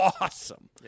awesome